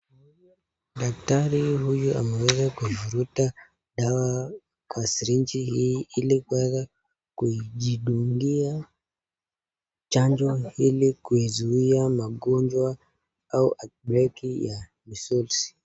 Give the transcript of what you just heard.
Daktari huyu ameweza kuivuruta dawa kwa syringe hii ili kuweza kujidungia chanjo ili kuizuia magonjwa au outbreak ya measles